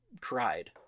cried